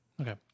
Okay